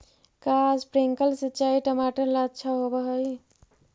का स्प्रिंकलर सिंचाई टमाटर ला अच्छा होव हई?